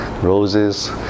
roses